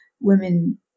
women